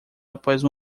após